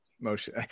motion